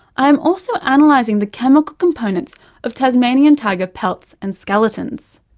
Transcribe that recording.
i'm also analysing the chemical components of tasmanian tiger pelts and skeletons.